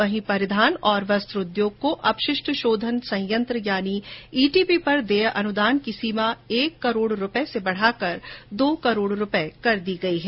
वहीं परिधान और कपड़ा उद्योग को अपशिष्ट शोंधन संयत्र यानि ईटीपी पर देय अनुदान की सीमा एक करोड से बढ़ाकर दो करोड़ रूपये कर दी गई है